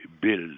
build